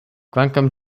kvankam